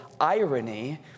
irony